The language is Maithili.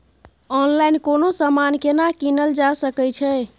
ऑनलाइन कोनो समान केना कीनल जा सकै छै?